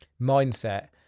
mindset